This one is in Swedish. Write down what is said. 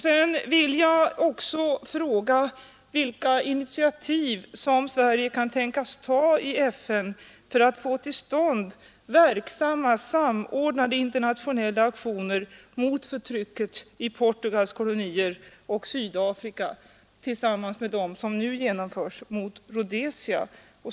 Sedan vill jag också fråga: Vilka initiativ kan Sverige tänkas ta i FN för att få till stånd verksamma, samordnade internationella aktioner mot förtrycket i Portugals kolonier och Sydafrika tillsammans med dem som nu genomförs mot Rhodesia?